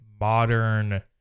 modern